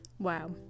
Wow